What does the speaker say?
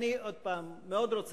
עוד הפעם, לא מחלק ציונים.